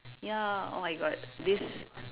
ya oh my god this